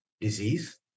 disease